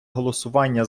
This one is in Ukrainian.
голосування